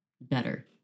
better